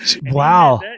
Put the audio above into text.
Wow